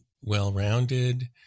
well-rounded